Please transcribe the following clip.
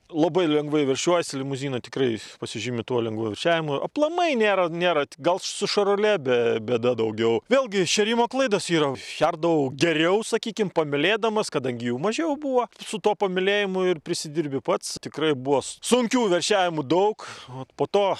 labai lengvai veršiuojasi limuzinai tikrai pasižymi tuo lengvu veršiavimu aplamai nėra nėra gal su šorolė bė bėda daugiau vėlgi šėrimo klaidos yra šerdavau geriau sakykim pamylėdamas kadangi jų mažiau buvo psu tuo pamylėjimu ir prisidirbi pats tikrai buvo sunkių veršiavimų daug ot po to